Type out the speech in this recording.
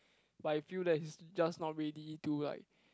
but I feel that he's just not ready to like